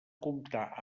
comptà